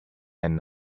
and